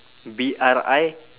B R I